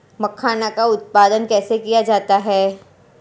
मखाना का उत्पादन कैसे किया जाता है?